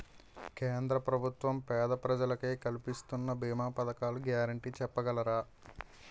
కేంద్ర ప్రభుత్వం పేద ప్రజలకై కలిపిస్తున్న భీమా పథకాల గ్యారంటీ చెప్పగలరా?